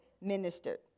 ministered